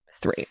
three